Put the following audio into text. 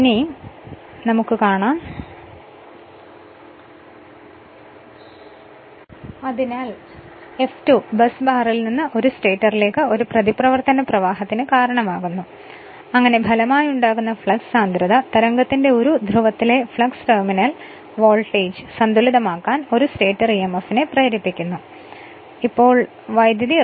അങ്ങനെ F2 ഒരു പ്രതികരണ പ്രവാഹം ബസ്ബാറിൽ നിന്ന് സ്റ്റേറ്ററിലേക്ക് ഒഴുകാൻ ഇടയാക്കുന്നു തത്ഫലമായുണ്ടാകുന്ന ഫ്ലക്സ് ഡെൻസിറ്റി തരംഗത്തിന്റെ ഒരു phi ∅r എന്ന ധ്രുവത്തിലേക്കുള്ള ഫ്ലക്സ് ടെർമിനൽ വോൾട്ടേജ് സന്തുലിതമാക്കാൻ ഒരു സ്റ്റേറ്റർ emf നെ പ്രേരിപ്പിക്കുന്നു കാരണം ഇപ്പോൾ റോട്ടറിൽ കൂടി വൈദ്യുതി ഒഴുകുന്നു